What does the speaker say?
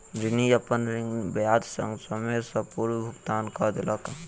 ऋणी, अपन ऋण ब्याज संग, समय सॅ पूर्व भुगतान कय देलक